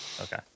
Okay